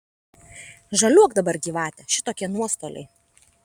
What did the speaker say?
žaliuok dabar gyvate šitokie nuostoliai